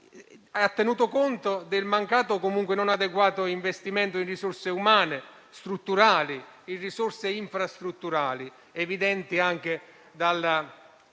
è tenuto conto del mancato o comunque non adeguato investimento in risorse umane, strutturali, in risorse infrastrutturali, come è evidente anche dalla